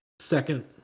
second